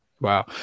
Wow